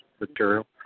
material